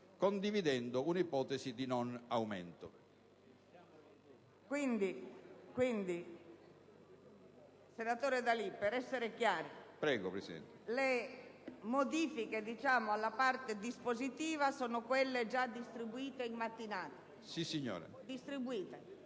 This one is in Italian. condivisa un'ipotesi di non aumento.